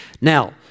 Now